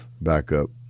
backup